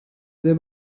sehr